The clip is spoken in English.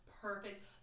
perfect